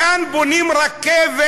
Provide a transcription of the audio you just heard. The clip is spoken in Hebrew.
כאן בונים רכבת,